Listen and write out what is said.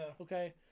Okay